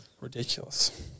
ridiculous